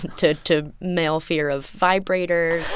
to to male fear of vibrators